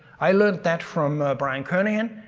i learned that from brian kernighan.